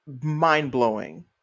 mind-blowing